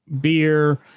beer